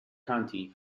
county